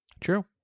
True